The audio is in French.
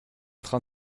train